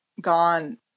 gone